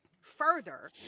further